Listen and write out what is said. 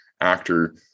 actor